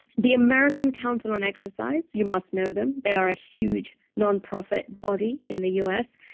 the american council on exercise, you must know them. they are a huge nonprofit body in the us.